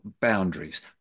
Boundaries